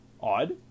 Odd